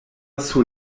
sur